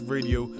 Radio